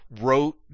wrote